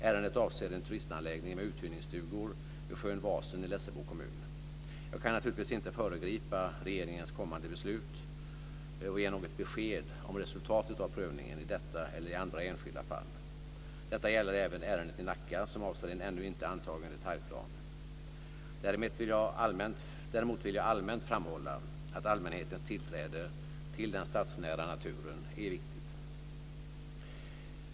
Ärendet avser en turistanläggning med uthyrningsstugor vid sjön Vasen i Lessebo kommun. Jag kan naturligtvis inte föregripa regeringens kommande beslut och ge något besked om resultatet av prövningen i detta eller i andra enskilda fall. Detta gäller även ärendet i Däremot vill jag allmänt framhålla att allmänhetens tillträde till den stadsnära naturen är viktig.